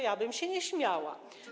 Ja bym się nie śmiała.